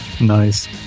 Nice